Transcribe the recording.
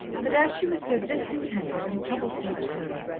that as she was so discontented and troublesome at home,